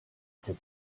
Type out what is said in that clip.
ses